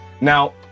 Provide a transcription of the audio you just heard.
Now